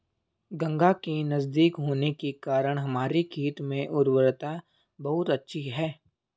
गंगा के नजदीक होने के कारण हमारे खेत में उर्वरता बहुत अच्छी है